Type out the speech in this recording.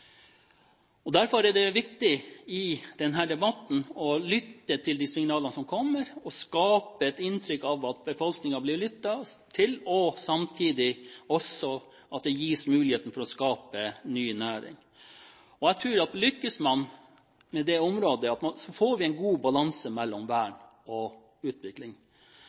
verdier. Derfor er det viktig i denne debatten å lytte til de signalene som kommer, skape et inntrykk av at befolkningen blir lyttet til, samtidig som det også gis mulighet til å skape ny næring. Lykkes man på dette området, tror jeg får vi en god balanse mellom vern og utvikling.